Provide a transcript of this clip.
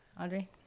Audrey